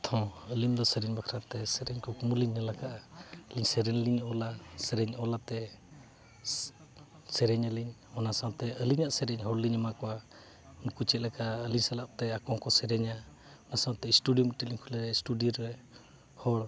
ᱦᱚᱸ ᱟᱹᱞᱤᱧ ᱫᱚ ᱥᱮᱨᱮᱧ ᱵᱟᱠᱷᱟᱨᱟ ᱛᱮ ᱥᱮᱨᱮᱧ ᱠᱩᱠᱢᱩ ᱞᱤᱧ ᱧᱮ ᱠᱟᱜᱼᱟ ᱟᱹᱞᱤᱧ ᱥᱮᱨᱮᱧ ᱞᱤᱧ ᱚᱞᱟ ᱥᱮᱨᱮᱧ ᱚᱞ ᱟᱛᱮᱫ ᱥᱮᱨᱮᱧᱟᱹᱞᱤᱧ ᱚᱱᱟ ᱥᱟᱶᱛᱟ ᱟᱹᱞᱤᱧᱟᱜ ᱥᱮᱨᱮᱧ ᱦᱚᱲᱞᱤᱧ ᱮᱢᱟ ᱠᱚᱣᱟ ᱩᱱᱠᱩ ᱪᱮᱫᱞᱮᱠᱟ ᱟᱹᱞᱤᱧ ᱥᱟᱞᱟᱜ ᱠᱚ ᱥᱮᱨᱮᱧᱟ ᱟᱨ ᱚᱱᱟ ᱥᱟᱶᱛᱮ ᱤᱥᱴᱩᱰᱤᱭᱳ ᱢᱤᱫᱴᱟᱝ ᱞᱤᱧ ᱠᱷᱩᱞᱟᱹᱣᱮᱜᱼᱟ ᱤᱥᱴᱩᱰᱤᱭᱳ ᱨᱮ ᱦᱚᱲ